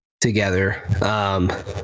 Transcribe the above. together